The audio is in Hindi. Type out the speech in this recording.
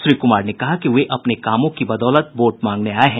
श्री कुमार ने कहा कि वे अपने कामों की बदौलत वोट मांगने आये हैं